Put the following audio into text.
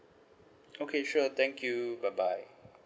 okay sure thank you bye bye